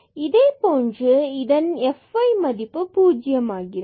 இதேபோன்று இதன் fy மதிப்பு பூஜ்யம் ஆகிறது